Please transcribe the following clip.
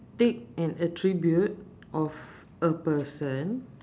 pick an attribute of a person